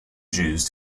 jews